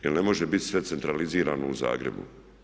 Jer ne može biti sve centralizirano u Zagrebu.